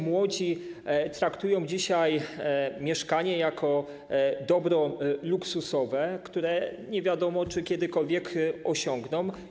Młodzi ludzie traktują dzisiaj mieszkanie jako dobro luksusowe i nie wiadomo, czy kiedykolwiek je osiągną.